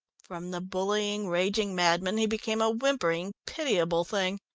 from the bullying, raging madman, he became a whimpering, pitiable thing.